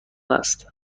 است